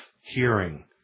hearing